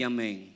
Amen